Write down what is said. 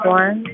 one